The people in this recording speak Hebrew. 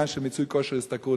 של מיצוי כושר השתכרות,